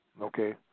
Okay